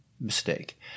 mistake